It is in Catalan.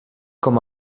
com